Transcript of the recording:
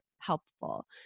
helpful